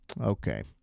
Okay